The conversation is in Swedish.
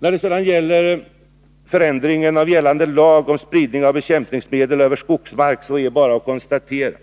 När det sedan gäller ändringen av gällande lag om spridning av bekämpningsmedel över skogsmark är det bara att konstatera